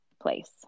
place